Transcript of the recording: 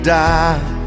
die